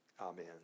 Amen